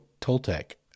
Toltec